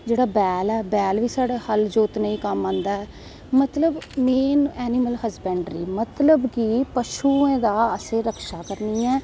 जेह्ड़ा बैल ऐ बैल बी साढ़ा हल जोतनें गी कम्म आंदा ऐ मतलव मेन ऐनिमल हस्बैंड्री मतलव पशुएं दी असैं रक्षा करनीं ऐ